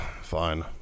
Fine